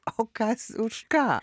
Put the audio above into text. o kas už ką